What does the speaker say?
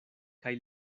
kaj